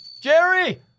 Jerry